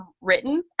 written